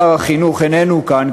שר החינוך איננו כאן,